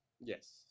Yes